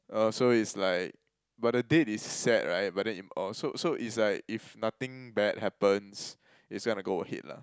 uh so it's like but the date is set right but then if uh so so is like if nothing bad happens it's gonna go ahead lah